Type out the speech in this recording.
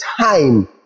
time